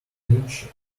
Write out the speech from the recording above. inch